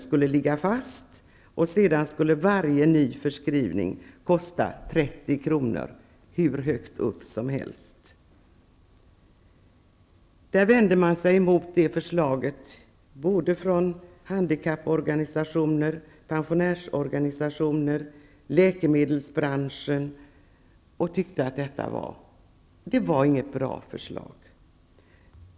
skulle ligga fast och att sedan varje ny förskrivning skulle kosta 30 kr., hur högt upp som helst. Från handikapporganisationer, från pensionärsorganisationer och från läkemedelsbranschen vände man sig mot detta; man tyckte att det inte var något bra förslag.